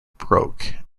broke